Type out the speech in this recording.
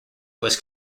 was